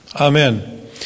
Amen